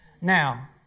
Now